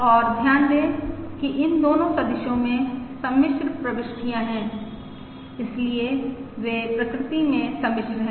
और ध्यान दें कि इन दोनों सदिश में सम्मिश्र प्रविष्टियां हैं इसलिए वे प्रकृति में सम्मिश्र हैं